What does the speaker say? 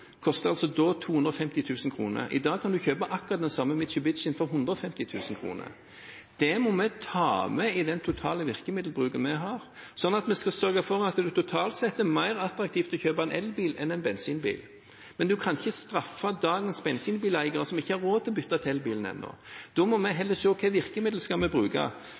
da 250 000 kr. I dag kan man kjøpe akkurat den samme Mitsubishi-en for 150 000 kr. Det må vi ta med i den totale virkemiddelbruken. Vi skal sørge for at det totalt sett er mer attraktivt å kjøpe en elbil enn en bensinbil, men vi kan ikke straffe dagens bensinbileiere som ikke har råd til å bytte til elbil ennå. Da må vi heller se på hvilke virkemidler vi